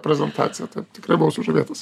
prezentacija taip tikrai buvau sužavėtas